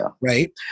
right